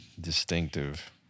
Distinctive